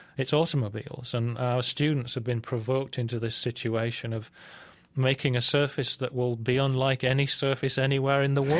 it's automobiles. and our students have been provoked into this situation of making a surface that will be unlike any surface anywhere in the world.